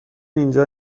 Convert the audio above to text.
اینجا